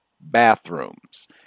bathrooms